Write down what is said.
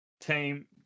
team